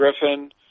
Griffin